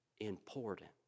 important